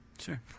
Sure